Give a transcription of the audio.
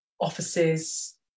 offices